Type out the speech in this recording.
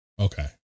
Okay